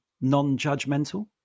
non-judgmental